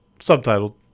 Subtitled